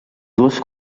dues